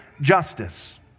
justice